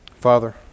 Father